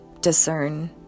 discern